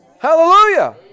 Hallelujah